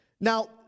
Now